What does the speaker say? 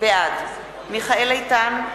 בעד מיכאל איתן,